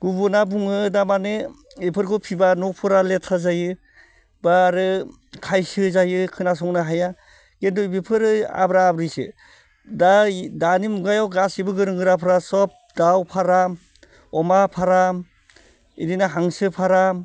गुबुना बुङो थारमाने इफोरखौ फिब्ला न'फोरा लेथ्रा जायो बा आरो खायसो जायो खोनासंनो हाया खिन्थु बेफोरो आब्रा आब्रिसो दा दानि मुगायाव गासैबो गोरों गोराफ्रा सब दाउ फार्म अमा फार्म इदिनो हांसो फाराम